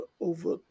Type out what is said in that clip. over